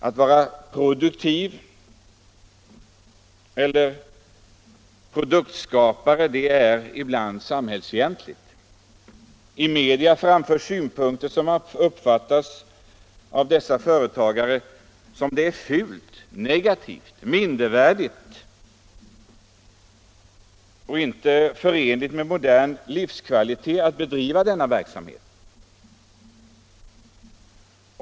Att vara produktiv eller produktskapare är ibland samhällsfientligt. I massmedia framförs synpunkter som av dessa företagare uppfattas som att det är fult, negativt, mindervärdigt och inte förenligt med modern livskvalitet att bedriva denna verksamhet.